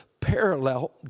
Parallel